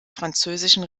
französischen